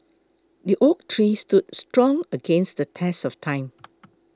the oak tree stood strong against the test of time